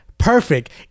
Perfect